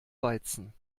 weizen